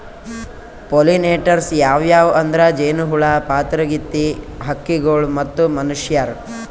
pollinators ಯಾವ್ಯಾವ್ ಅಂದ್ರ ಜೇನಹುಳ, ಪಾತರಗಿತ್ತಿ, ಹಕ್ಕಿಗೊಳ್ ಮತ್ತ್ ಮನಶ್ಯಾರ್